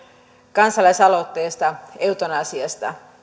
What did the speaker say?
kansalaisaloitteesta joka koski eutanasiaa